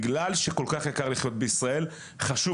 בגלל שכל כך יקר לחיות בישראל חשוב,